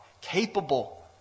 capable